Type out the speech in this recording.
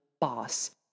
boss